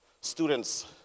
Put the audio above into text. students